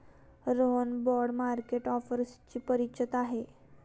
Rohan bond market ऑफर्सशी परिचित आहे